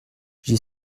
j’y